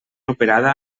operada